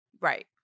right